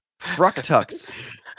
Fructux